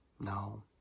No